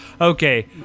Okay